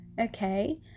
Okay